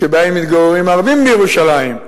שבהן מתגוררים ערבים בירושלים,